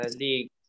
league